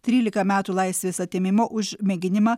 tryliką metų laisvės atėmimo už mėginimą